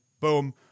boom